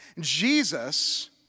Jesus